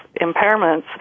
impairments